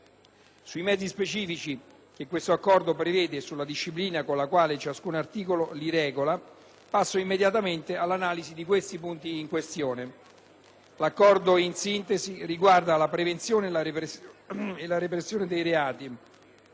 sui mezzi specifici che questo Accordo prevede e sulla disciplina con la quale ciascun articolo li regola. Passo immediatamente all'analisi dei punti in questione. L'Accordo, in sintesi, riguarda la prevenzione e la repressione dei reati,